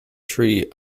tree